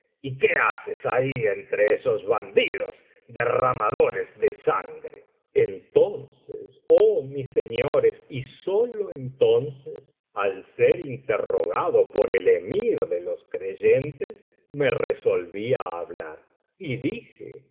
y qué haces ahí entre esos bandidos derramadores de sangre entonces oh mis señores y sólo entonces al ser interrogado por el emir de los creyentes me resolví á hablar y dije oh